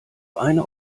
eine